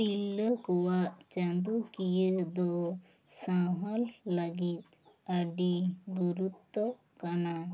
ᱛᱤᱨᱞᱟ ᱠᱚᱣᱟᱜ ᱪᱟᱸᱫᱳ ᱠᱤᱭᱟᱹ ᱫᱚ ᱥᱟᱶᱦᱚᱞ ᱞᱟᱹᱜᱤᱫ ᱟᱹᱰᱤ ᱜᱩᱨᱩᱛᱛᱚ ᱠᱟᱱᱟ